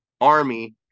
army